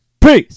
Peace